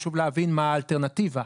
חשוב להבין מה האלטרנטיבה.